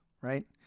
right